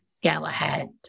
Galahad